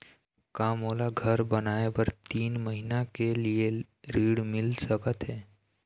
का मोला घर बनाए बर तीन महीना के लिए ऋण मिल सकत हे?